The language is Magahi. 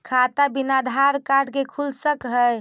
खाता बिना आधार कार्ड के खुल सक है?